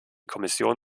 kommission